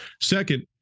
Second